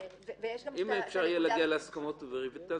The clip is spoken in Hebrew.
רויטל,